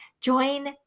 Join